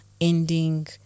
ending